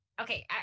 Okay